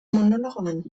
monologoan